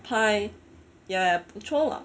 pie ya ya 不错嘛